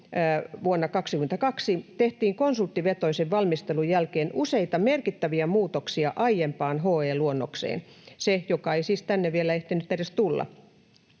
vuodelta 22 tehtiin konsulttivetoisen valmistelun jälkeen useita merkittäviä muutoksia aiempaan HE-luonnokseen” — siihen, joka ei siis tänne vielä ehtinyt edes tulla